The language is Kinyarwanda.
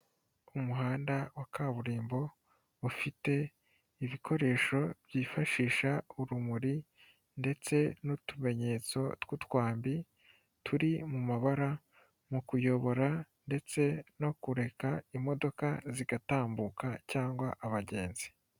Umuhanda wa kaburimbo ufite ibikoresho byifashisha urumuri ndetse n'utumenyetso tw'utwambi turi mu mabara, mu kuyobora ndetse no kureka imodoka zigatambuka cyangwa abagenzi.